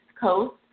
Coast